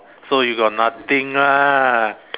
so you got nothing lah